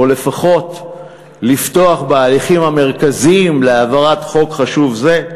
או לפחות לפתוח בהליכים המרכזיים להעברת חוק חשוב זה,